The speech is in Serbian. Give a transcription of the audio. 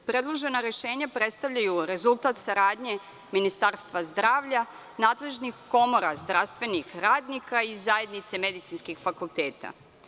Predložena rešenja predstavljaju rezultat saradnje Ministarstva zdravlja, nadležnih komora zdravstvenih radnika i zajednice medicinskih fakulteta.